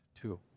two